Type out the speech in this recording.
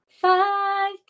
Five